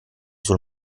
sul